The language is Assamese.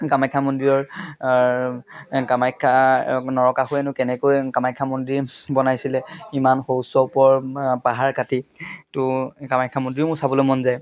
কামাখ্যা মন্দিৰৰ কামাখ্যা নৰকাসুৰেনো কেনেকৈ কামাখ্যা মন্দিৰ বনাইছিলে ইমান সুউচ্চ ওপৰ পাহাৰ কাটি ত' কামাখ্যা মন্দিৰো মোৰ চাবলৈ মন যায়